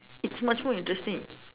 it's much more interesting